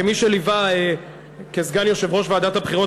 כמי שליווה כסגן יושב-ראש ועדת הבחירות